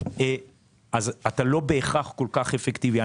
אתה לא בהכרח כל כך אפקטיבי.